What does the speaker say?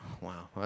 Wow